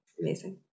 amazing